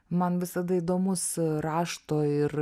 man visada įdomus rašto ir